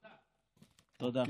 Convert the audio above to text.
תודה.